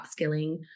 upskilling